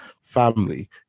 family